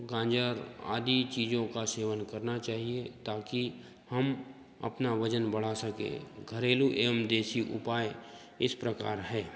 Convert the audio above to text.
गाजर आदी चीज़ों का सेवन करना चाहिए ताकी हम अपना वजन बढ़ा सकें घरेलू एवम देशी उपाय इस प्रकार है